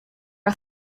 are